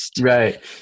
Right